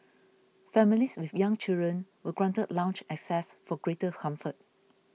families with young children were granted lounge access for greater comfort